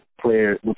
player